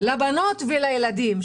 לבנות ולילדים,